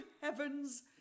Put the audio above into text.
heavens